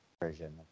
version